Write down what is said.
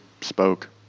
spoke